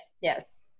yes